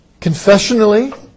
Confessionally